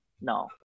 no